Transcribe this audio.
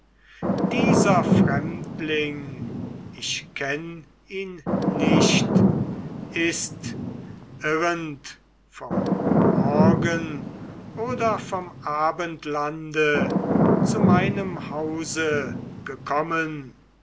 dieser fremdling ich kenn ihn nicht ist irrend vom morgenoder vom abendlande zu meinem hause gekommen